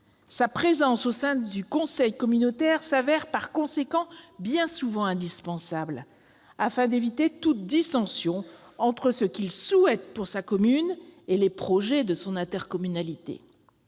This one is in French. Sa présence au sein du conseil communautaire se révèle par conséquent bien souvent indispensable, afin d'éviter toute dissension entre ce qu'il souhaite pour sa commune et les projets de son intercommunalité.